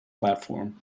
platform